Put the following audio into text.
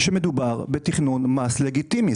שמדובר בתכנון מס לגיטימי.